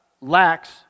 Lacks